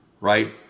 right